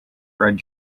red